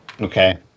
Okay